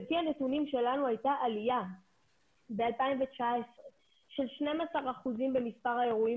לפי הנתונים שלנו הייתה עלייה ב-2019 של 12 אחוזים במספר האירועים